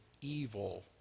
evil